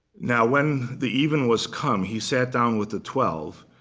now when the even was come, he sat down with the twelve.